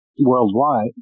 worldwide